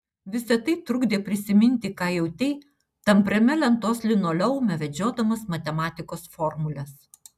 visa tai trukdė prisiminti ką jautei tampriame lentos linoleume vedžiodamas matematikos formules